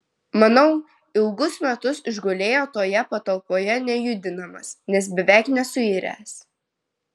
manau ilgus metus išgulėjo toje patalpoje nejudinamas nes beveik nesuiręs